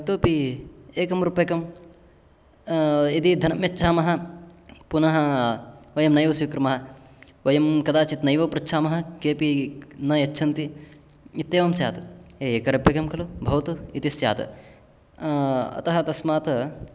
इतोऽपि एकं रूप्यकं यदि धनं यच्छामः पुनः वयं नैव स्वीकुर्मः वयं कदाचित् नैव पृच्छामः केपि न यच्छन्ति इत्येवं स्यात् एकरूप्यकं खलु भवतु इति स्यात् अतः तस्मात्